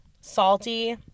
salty